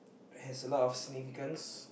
has a lot of significance